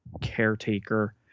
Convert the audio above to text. caretaker